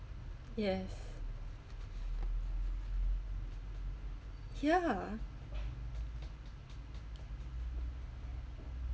yes ya